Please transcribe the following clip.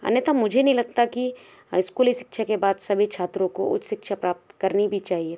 अन्यथा मुझे नहीं लगता कि स्कूली शिक्षा के बाद सभी छात्रों को उच्च शिक्षा प्राप्त करनी भी चाहिए